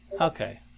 Okay